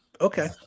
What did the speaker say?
Okay